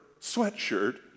sweatshirt